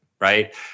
Right